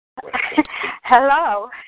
Hello